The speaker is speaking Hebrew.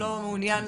אומנה.